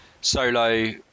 solo